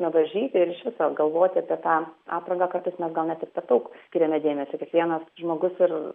nevaržyti iš viso galvoti apie tą aprangą kartais mes gal net ir per daug skiriame dėmesio kiekvienas žmogus ir